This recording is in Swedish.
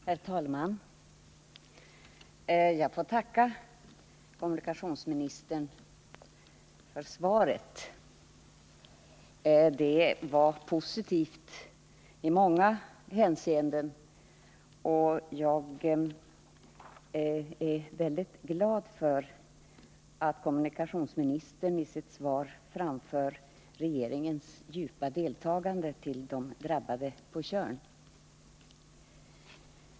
Herr talman! Jag tackar kommunikationsministern för svaret. Det var positivt i många hänseenden. Jag är också väldigt glad för att kommunikationsministern i sitt svar framför regeringens djupa deltagande till de drabbade på Tjörn.